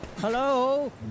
Hello